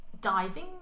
diving